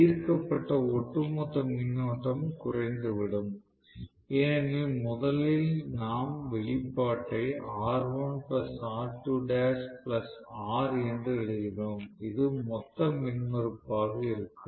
ஈர்க்கப்பட்ட ஒட்டுமொத்த மின்னோட்டம் குறைந்துவிடும் ஏனெனில் முதலில் நாம் வெளிப்பாட்டை என்று எழுதினோம் இது மொத்த மின்மறுப்பாக இருக்கும்